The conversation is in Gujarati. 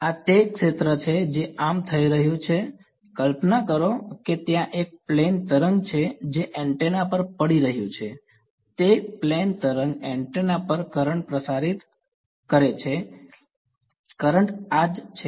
આ તે ક્ષેત્ર છે જે આમ થઈ રહ્યું છે કલ્પના કરો કે ત્યાં એક પ્લેન તરંગ છે જે એન્ટેના પર પડી રહ્યું છે તે પ્લેન તરંગ એન્ટેના પર કરંટ પ્રેરિત કરે છે કે કરંટ આ જ છે